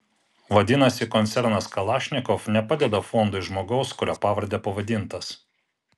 vadinasi koncernas kalašnikov nepadeda fondui žmogaus kurio pavarde pavadintas